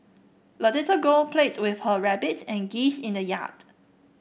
the little girl played with her rabbit and geese in the yard